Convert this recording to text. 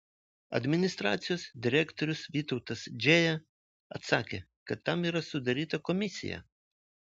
administracijos direktorius vytautas džėja atsakė kad tam yra sudaryta komisija